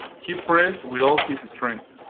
he pressed with all his his strength.